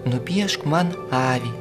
nupiešk man avį